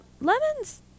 Lemons